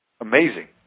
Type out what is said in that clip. Amazing